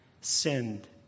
sinned